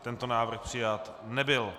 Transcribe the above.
Tento návrh přijat nebyl.